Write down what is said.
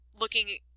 looking